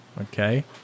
Okay